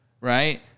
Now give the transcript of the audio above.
right